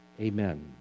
Amen